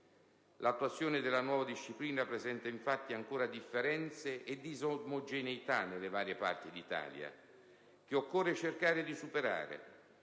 L'attuazione della nuova disciplina presenta, infatti, ancora differenze e disomogeneità nelle varie parti d'Italia, che occorre cercare di superare.